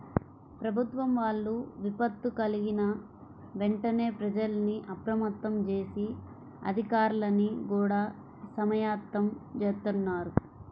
ప్రభుత్వం వాళ్ళు విపత్తు కల్గిన వెంటనే ప్రజల్ని అప్రమత్తం జేసి, అధికార్లని గూడా సమాయత్తం జేత్తన్నారు